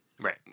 Right